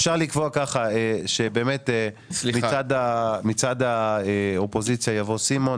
אפשר לקבוע שמצד האופוזיציה יבוא סימון,